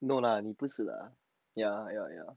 no lah you 不是 lah ya ya ya